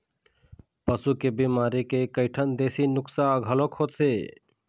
पशु के बिमारी के कइठन देशी नुक्सा घलोक होथे